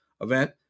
event